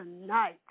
tonight